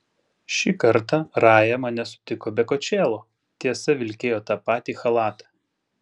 šį kartą raja mane sutiko be kočėlo tiesa vilkėjo tą patį chalatą